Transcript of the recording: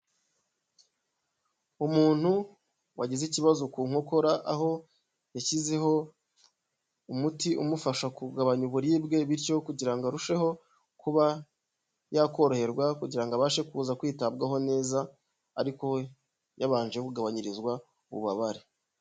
Umuntu wagize ikibazo ku nkokora aho yashyizeho umuti umufasha kugabanya uburibwe, bityo kugira ngo arusheho kuba yakoroherwa kugira ngo abashe kuza kwitabwaho neza ariko yabanje kugabanyirizwa ububabare.